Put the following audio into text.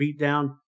beatdown